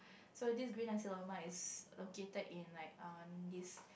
so this green nasi-lemak is located in like err this